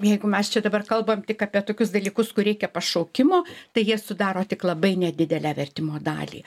jeigu mes čia dabar kalbam tik apie tokius dalykus kur reikia pašaukimo tai jie sudaro tik labai nedidelę vertimo dalį